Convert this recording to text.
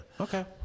Okay